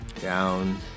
down